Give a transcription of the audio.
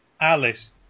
Alice